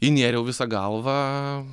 įnėriau visa galva